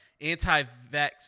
anti-vax